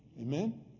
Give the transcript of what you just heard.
Amen